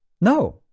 No